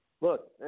look